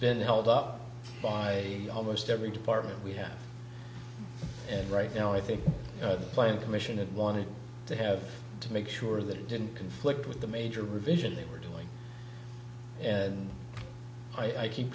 been held up by almost every department we have and right now i think the plane commission it wanted to have to make sure that it didn't conflict with the major revision they were doing and i keep